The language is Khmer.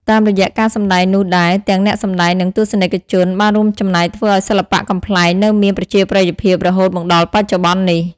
តាមរយៈការសម្ដែងនោះដែរ ទាំងអ្នកសម្ដែង និងទស្សនិកជនបានរួមចំណែកធ្វើឲ្យសិល្បៈកំប្លែងនៅមាន ប្រជាប្រិយភាពរហូតមកដល់បច្ចុប្បន្ននេះ។